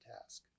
task